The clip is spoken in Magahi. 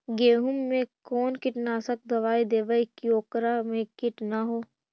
गेहूं में कोन कीटनाशक दबाइ देबै कि ओकरा मे किट न हो?